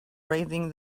raising